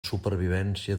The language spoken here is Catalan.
supervivència